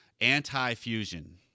anti-fusion